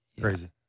crazy